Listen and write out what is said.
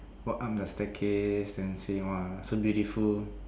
walk up the staircase then say !wah! so beautiful